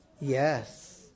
Yes